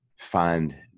Find